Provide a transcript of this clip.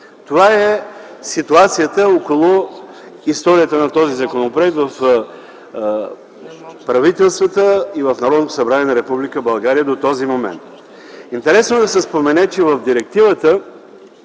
Това е ситуацията около историята на този законопроект в правителствата и в Народното събрание на Република България до този момент. Интересно е да се спомене, че в директивата